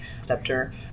receptor